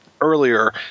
earlier